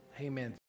amen